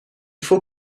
faut